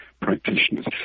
practitioners